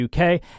uk